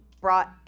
brought